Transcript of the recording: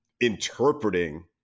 interpreting